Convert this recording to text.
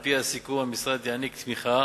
על-פי הסיכום, המשרד יעניק תמיכה